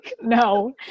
No